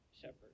shepherd